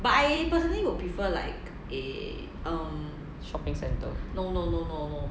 shopping centre